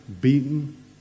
beaten